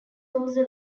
also